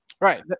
Right